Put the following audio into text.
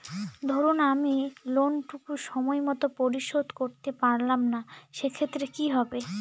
ধরুন আমি লোন টুকু সময় মত পরিশোধ করতে পারলাম না সেক্ষেত্রে কি হবে?